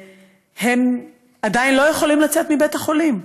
והם עדיין לא יכולים לצאת מבית החולים.